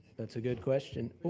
that's a good question.